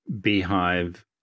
beehive